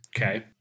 Okay